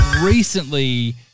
recently